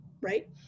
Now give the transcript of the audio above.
right